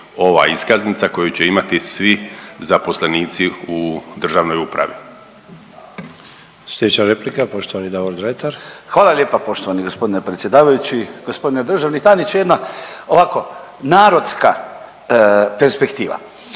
ova iskaznica koju će imati svi zaposlenici u državnoj upravi.